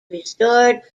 restored